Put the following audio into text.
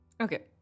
Okay